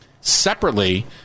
separately